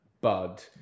Bud